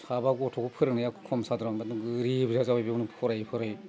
साबा गथ'खौ फोरोंनायाव खम साधारन नङा गोरिब जाबाय फरायै फरायै